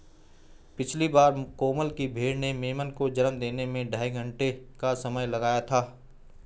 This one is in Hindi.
पिछली बार कोमल की भेड़ ने मेमने को जन्म देने में ढाई घंटे का समय लगाया था